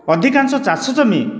ଅଧିକାଂଶ ଚାଷ ଜମି